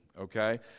okay